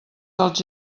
dels